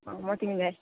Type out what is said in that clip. म तिमीलाई